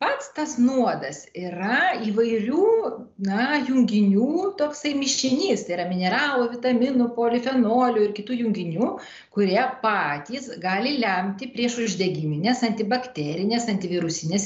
pats tas nuodas yra įvairių na junginių toksai mišinys yra mineralų vitaminų poli fenolių ir kitų junginių kurie patys gali lemti priešuždegimines antibakterines antivirusines